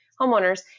homeowners